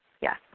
yes